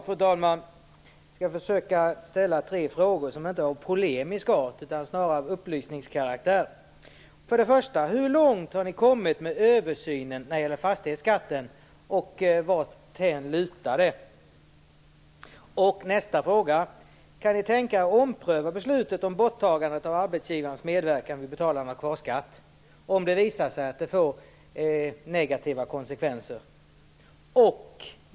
Fru talman! Jag skall försöka ställa tre frågor som inte är av polemisk art utan snarare av upplysningskaraktär. Hur långt har ni kommit med översynen av fastighetsskatten och varthän lutar det? Kan ni tänka er att ompröva beslutet om borttagandet av arbetsgivarens medverkan vid betalande av kvarskatt om det visar sig att det får negativa konsekvenser?